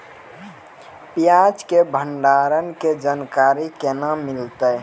प्याज के भंडारण के जानकारी केना मिलतै?